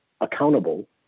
accountable